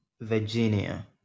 Virginia